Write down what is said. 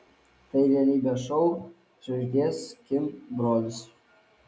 tai realybės šou žvaigždės kim brolis